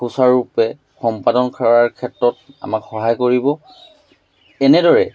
সুচাৰুৰূপে সম্পাদন কৰাৰ ক্ষেত্ৰত আমাক সহায় কৰিব এনেদৰে